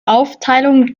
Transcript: aufteilung